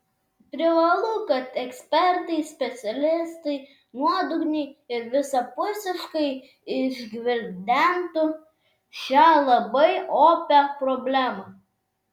privalu kad ekspertai specialistai nuodugniai ir visapusiškai išgvildentų šią labai opią problemą